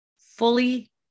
fully